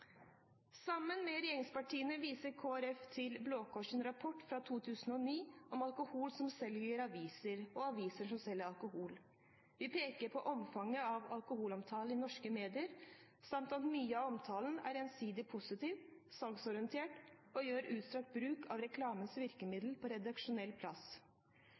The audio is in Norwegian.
Sammen med regjeringspartiene viser Kristelig Folkeparti til Blå Kors- rapporten fra 2009, Alkohol som selger aviser – aviser som selger alkohol. Vi peker på omfanget av alkoholomtalen i norske medier samt at mye av omtalen er ensidig positiv og salgsorientert og gjør utstrakt bruk av reklamens virkemidler på redaksjonell plass.